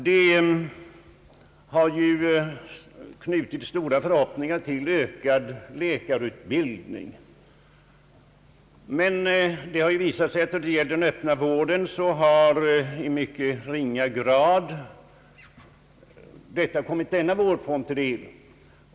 Det har ju knutits stora förhoppningar till ökad läkarutbildning, men det har visat sig att denna i mycket ringa grad kommit den öppna vården till del.